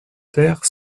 terre